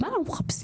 מה אנחנו מחפשים?